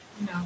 No